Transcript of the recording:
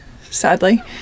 sadly